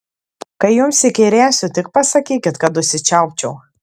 kai jums įkyrėsiu tik pasakykit kad užsičiaupčiau